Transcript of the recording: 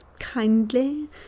Kindly